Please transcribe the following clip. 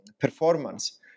performance